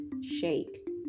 shake